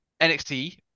NXT